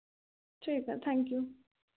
ठीक है thank you